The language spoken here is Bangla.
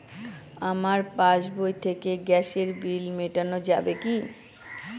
আমার পাসবই থেকে গ্যাসের বিল মেটানো যাবে কি?